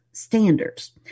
standards